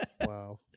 Wow